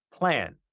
plan